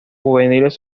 juveniles